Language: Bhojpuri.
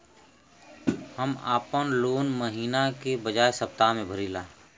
हम आपन लोन महिना के बजाय सप्ताह में भरीला